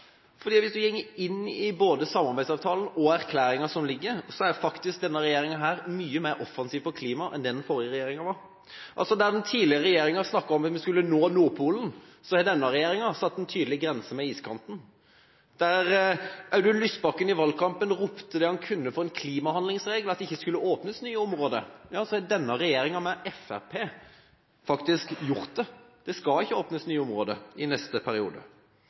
fordi det blir så hult. Jeg føler at kritikken bommer sånn, for hvis en går inn i både samarbeidsavtalen og erklæringa som foreligger, er faktisk denne regjeringa mye mer offensiv på klima enn den forrige regjeringa var. Der den tidligere regjeringa snakket om at vi skulle nå Nordpolen, har denne regjeringa satt en tydelig grense ved iskanten. Der Audun Lysbakken i valgkampen ropte det han kunne for en klimahandlingsregel, at det ikke skulle åpnes nye områder, har denne regjeringa med Fremskrittspartiet faktisk gjort det: Det skal ikke åpnes nye områder i neste periode.